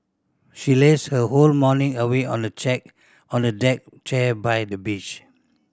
she lazed her whole morning away on a check on a deck chair by the beach